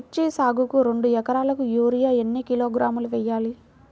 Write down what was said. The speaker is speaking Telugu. మిర్చి సాగుకు రెండు ఏకరాలకు యూరియా ఏన్ని కిలోగ్రాములు వేయాలి?